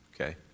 Okay